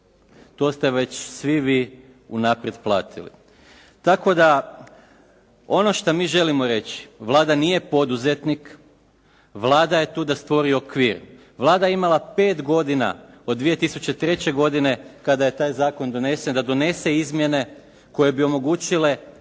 To ste već svi vi unaprijed platili. Tako da ono što mi želim reći, Vlada nije poduzetnik, Vlada je tu da stvori okvir. Vlada je imala 5 godina od 2003. godine kada je taj zakon donesen, da donese izmjene koje bi omogućile